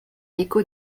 l’écho